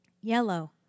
Yellow